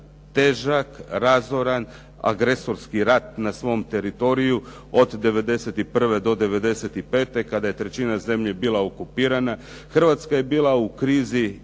težak, razoran, agresorski rat na svom teritoriju od 91. do 95. kada je trećina zemlje bila okupirana, Hrvatska je bila u krizi